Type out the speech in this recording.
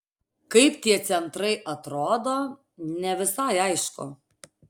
kaip tie centrai atrodo ne visai aišku